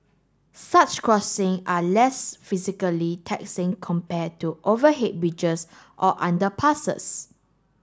such crossing are less physically taxing compare to overhead bridges or underpasses